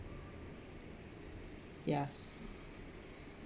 ya